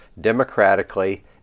democratically